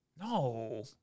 No